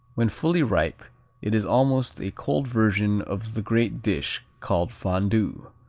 when fully ripe it is almost a cold version of the great dish called fondue.